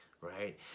Right